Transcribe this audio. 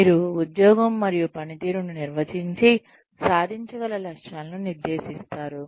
మీరు ఉద్యోగం మరియు పనితీరును నిర్వచించి సాధించగల లక్ష్యాలను నిర్దేశిస్తారు